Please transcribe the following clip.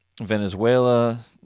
Venezuela